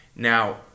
Now